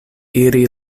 iri